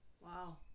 Wow